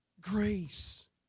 Grace